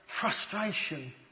frustration